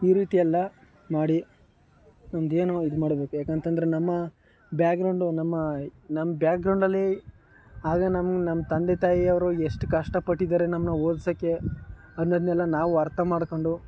ಈ ರೀತಿ ಎಲ್ಲ ಮಾಡಿ ನಮ್ದು ಏನು ಇದು ಮಾಡಬೇಕು ಯಾಕಂತ ಅಂದ್ರೆ ನಮ್ಮ ಬ್ಯಾಗ್ರೌಂಡು ನಮ್ಮ ನಮ್ಮ ಬ್ಯಾಗ್ರೌಂಡಲ್ಲಿ ಆಗ ನಮ್ಮ ನಮ್ಮ ತಂದೆ ತಾಯಿಯವರು ಎಷ್ಟು ಕಷ್ಟಪಟ್ಟಿದ್ದಾರೆ ನಮ್ಮನ್ನ ಓದ್ಸೋಕೆ ಅನ್ನೋದನ್ನೆಲ್ಲ ನಾವು ಅರ್ಥ ಮಾಡಿಕೊಂಡು